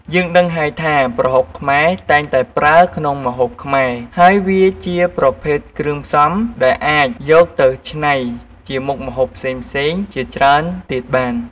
យើងដឹងហើយថា ប្រហុកខ្មែរ តែងតែប្រើក្នុងម្ហូបខ្មែរ ហើយវាជាប្រភេទគ្រឿងផ្សំ ដែលអាចយកទៅច្នៃជាមុខម្ហូបផ្សេងៗជាច្រើនទៀតបាន។